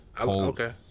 Okay